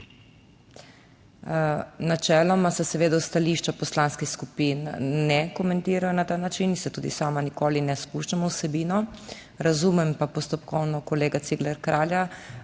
Načeloma se seveda stališča poslanskih skupin ne komentirajo na ta način in se tudi sama nikoli ne spuščam v vsebino. Razumem pa postopkovno kolega Ciglerja Kralja